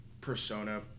Persona